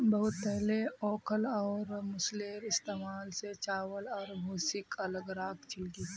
बहुत पहले ओखल और मूसलेर इस्तमाल स चावल आर भूसीक अलग राख छिल की